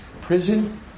prison